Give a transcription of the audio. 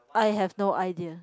I have no idea